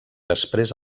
després